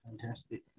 Fantastic